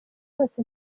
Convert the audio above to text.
yose